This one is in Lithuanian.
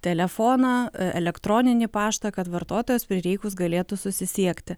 telefoną elektroninį paštą kad vartotojas prireikus galėtų susisiekti